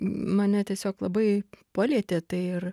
mane tiesiog labai palietė tai ir